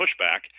pushback